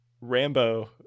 Rambo